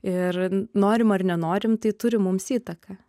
ir norim ar nenorim tai turi mums įtaką